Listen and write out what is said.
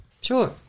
Sure